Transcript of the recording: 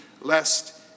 lest